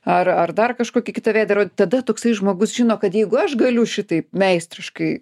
ar ar dar kažkokį kitą veidą rodyt tada toksai žmogus žino kad jeigu aš galiu šitaip meistriškai